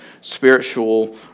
spiritual